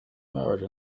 married